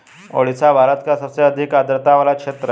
ओडिशा भारत का सबसे अधिक आद्रता वाला क्षेत्र है